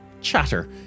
chatter